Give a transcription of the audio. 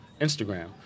Instagram